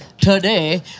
Today